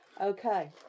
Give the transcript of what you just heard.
Okay